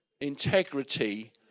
integrity